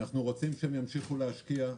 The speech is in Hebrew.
אנחנו רוצים שהם ימשיכו להשקיע,